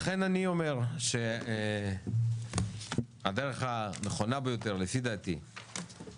לכן אני אומר שהדרך הנכונה ביותר לפי דעתי להחזיר